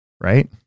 Right